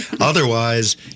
Otherwise